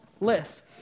list